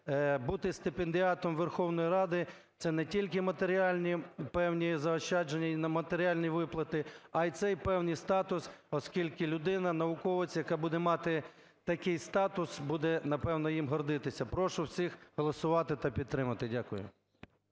бути стипендіатом Верховної Ради – це не тільки матеріальні певні заощадження і матеріальні виплати, а це й певний статус, оскільки людина, науковець, яка буде мати такий статус, буде напевно їм гордитися. Прошу всіх голосувати та підтримувати. Дякую.